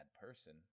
person